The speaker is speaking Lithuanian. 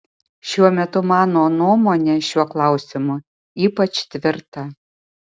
šiuo metu mano nuomonė šiuo klausimu ypač tvirta